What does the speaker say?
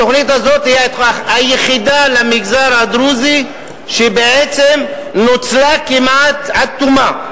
התוכנית הזאת היא היחידה למגזר הדרוזי שבעצם נוצלה כמעט עד תומה.